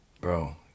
bro